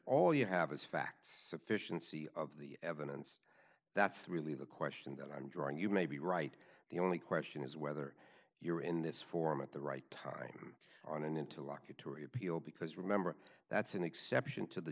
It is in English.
all you have is facts sufficiency of the evidence that's really the question that i'm drawing you may be right the only question is whether you're in this forum at the right time on an interlocutory appeal because remember that's an exception to the